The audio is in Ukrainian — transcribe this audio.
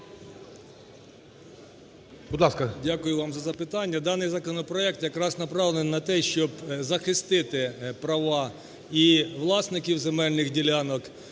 Дякую вам за запитання. Даний законопроект якраз направлений на те, щоб захистити права і власників земельних ділянок,